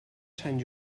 sant